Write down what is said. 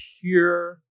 pure